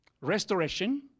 restoration